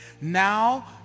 now